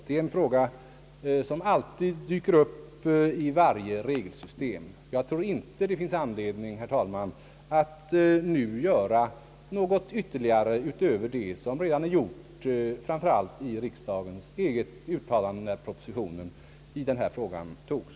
Det är en fråga som alltid dyker upp i varje regelsystem. Jag tror inte det finns anledning, herr talman, att nu göra något ytterligare utöver det som redan är gjort, framför allt i riksdagens eget uttalande när propositionen i denna fråga antogs.